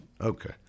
Okay